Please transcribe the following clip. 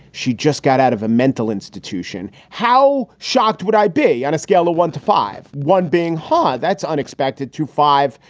she just got out of a mental institution. how shocked would i be on a scale of one to five, one being ha. that's unexpected to five.